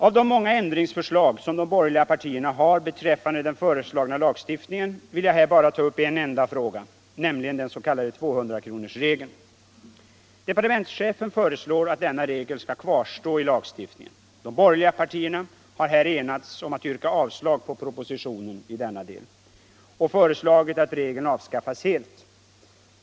Av de många ändringsförslag som de borgerliga partierna har beträffande den föreslagna lagstiftningen vill jag här bara ta upp en enda fråga, nämligen den s.k. 200-kronorsregeln. Departementschefen föreslår att denna regel skall kvarstå i lagstiftningen. De borgerliga partierna har enats om att yrka avslag på propositionen i denna del och föreslagit att regeln avskaffas helt.